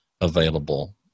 available